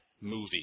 movie